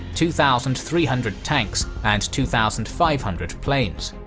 two thousand three hundred tanks and two thousand five hundred planes.